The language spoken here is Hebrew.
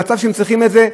או למצב שהם צריכים את זה,